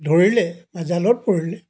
ধৰিলে বা জালত পৰিলে